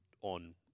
on